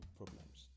problems